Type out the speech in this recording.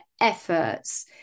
efforts